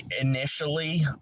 initially